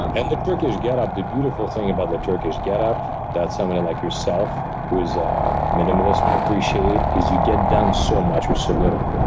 and the turkish getup, the beautiful thing about the turkish getup that somebody like yourself, who is minimalist, can appreciate, is you get done so much or so little.